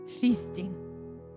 feasting